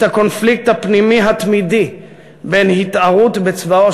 את הקונפליקט הפנימי התמידי בין התערות בצבאו